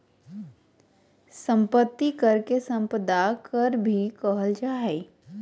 संपत्ति कर के सम्पदा कर भी कहल जा हइ